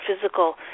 physical